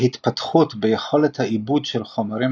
ההתפתחות ביכולת העיבוד של חומרים